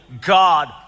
God